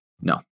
No